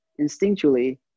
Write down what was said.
instinctually